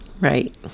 right